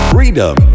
Freedom